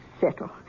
settle